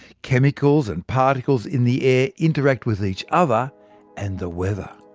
chemicals and particles in the air interact with each other and the weather.